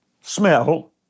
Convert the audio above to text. smell